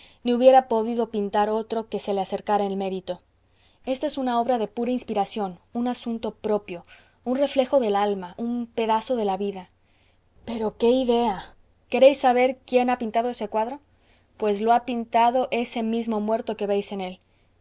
ni hubiera podido pintar otro que se le acercara en mérito ésta es una obra de pura inspiración un asunto propio un reflejo del alma un pedazo de la vida pero qué idea queréis saber quién ha pintado ese cuadro pues lo ha pintado ese mismo muerto que veis en él